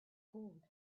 gold